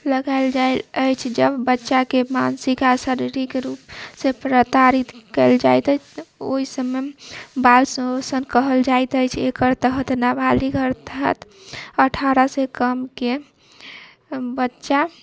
लगाएल जाइ अछि जब बच्चाके मानसिक आ शारीरिक रूप जे प्रतारित कएल जायत अछि ओहि समयमे बाल शोषण कहल जाइत अछि एकर तहत नाबालिग अर्थात अठारह से कमके बच्चा